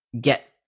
get